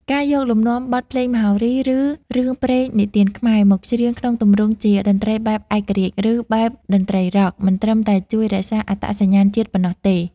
ការយកលំនាំបទភ្លេងមហោរី ឬរឿងព្រេងនិទានខ្មែរ មកច្រៀងក្នុងទម្រង់ជា តន្ត្រីបែបឯករាជ្យ ឬ បែបតន្ត្រីរ៉ក់ មិនត្រឹមតែជួយរក្សាអត្តសញ្ញាណជាតិប៉ុណ្ណោះទេ។